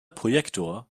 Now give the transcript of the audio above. projektor